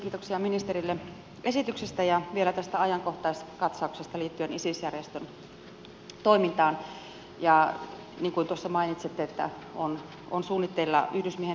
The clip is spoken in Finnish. kiitoksia ministerille esityksestä ja vielä tästä ajankohtaiskatsauksesta liittyen isis järjestön toimintaan ja niin kuin mainitsitte on suunnitteilla yhdysmiehen lähettäminen